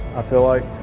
i feel like,